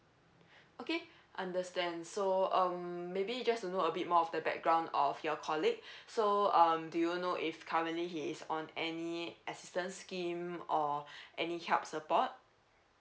okay understand so um maybe you just to know a bit more of the background of your colleague so um do you know if currently he is on any assistance scheme or any help support